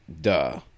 duh